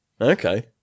Okay